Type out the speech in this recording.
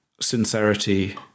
sincerity